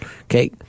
Okay